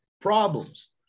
problems